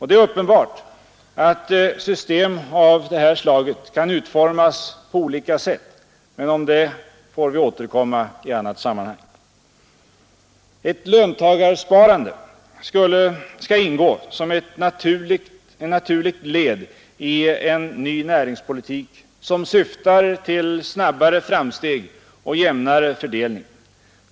Det är uppenbart att system av det här slaget kan utformas på olika sätt, men till det får vi återkomma i annat sammanhang. Ett löntagarsparande skall ingå som ett naturligt led i en ny näringspolitik som syftar till snabbare framsteg och jämnare fördelning.